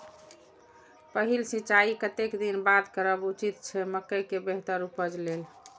पहिल सिंचाई कतेक दिन बाद करब उचित छे मके के बेहतर उपज लेल?